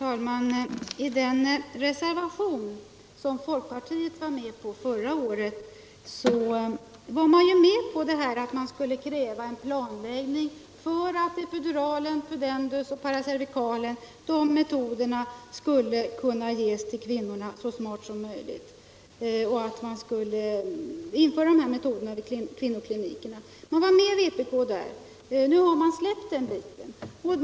och förlossningsvård — Fru LANTZ kort genmäle: krävdes en planläggning för att ecpidural-, pudendusoch paracervikal metoderria så snart som möjligt skulle kunna införas vid kvinnoklini kerna. Där var folkpartiet med vpk. Nu har man släppt den biten.